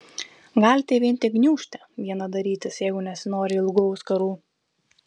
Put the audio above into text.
galite vien tik gniūžtę vieną darytis jeigu nesinori ilgų auskarų